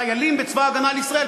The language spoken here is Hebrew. חיילים בצבא הגנה לישראל,